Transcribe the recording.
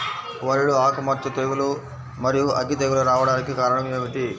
వరిలో ఆకుమచ్చ తెగులు, మరియు అగ్గి తెగులు రావడానికి కారణం ఏమిటి?